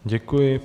Děkuji.